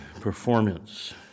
performance